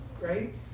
right